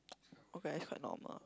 okay it's quite normal